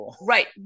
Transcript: Right